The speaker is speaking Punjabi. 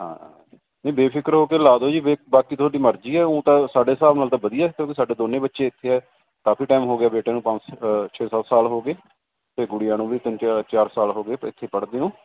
ਹਾਂ ਨਹੀਂ ਬੇਫਿਕਰ ਹੋ ਕੇ ਲਾ ਦੋ ਜੀ ਬੇ ਬਾਕੀ ਤੁਹਾਡੀ ਮਰਜ਼ੀ ਹੈ ਊਂ ਤਾਂ ਸਾਡੇ ਹਿਸਾਬ ਨਾਲ ਤਾਂ ਵਧੀਆ ਇੱਥੇ ਵੀ ਸਾਡੇ ਦੋਨੇ ਬੱਚੇ ਇੱਥੇ ਆ ਕਾਫੀ ਟਾਈਮ ਹੋ ਗਿਆ ਬੇਟੇ ਨੂੰ ਪੰ ਛੇ ਸੱਤ ਸਾਲ ਹੋ ਗਏ ਅਤੇ ਗੁੜੀਆ ਨੂੰ ਵੀ ਤਿੰਨ ਚਾ ਚਾਰ ਸਾਲ ਹੋ ਗਏ ਅਤੇ ਇੱਥੇ ਪੜ੍ਹਦੇ ਓ